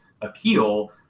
appeal